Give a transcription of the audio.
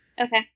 Okay